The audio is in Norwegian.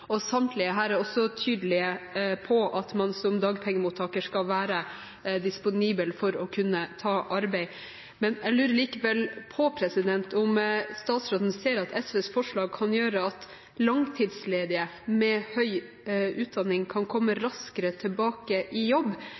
og samtlige her er også tydelige på at man som dagpengemottaker skal være disponibel for å kunne ta arbeid. Men jeg lurer likevel på om statsråden ser at SVs forslag kan gjøre at langtidsledige med høy utdanning kan komme raskere tilbake i jobb